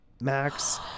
Max